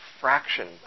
fraction